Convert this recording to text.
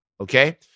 okay